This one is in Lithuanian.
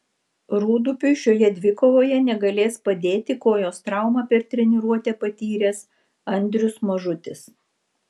rūdupiui šioje dvikovoje negalės padėti kojos traumą per treniruotę patyręs andrius mažutis